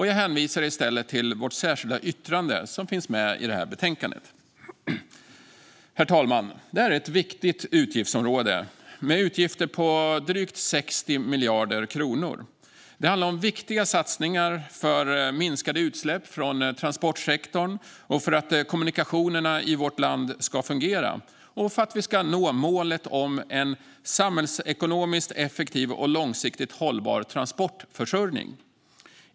Jag hänvisar i stället till vårt särskilda yttrande, som finns med i betänkandet. Herr talman! Det här är ett viktigt utgiftsområde med utgifter på drygt 60 miljarder kronor. Det handlar om viktiga satsningar för att minska utsläppen från transportsektorn, för att kommunikationerna i vårt land ska fungera och för att vi ska nå målet om en samhällsekonomiskt effektiv och långsiktigt hållbar transportförsörjning.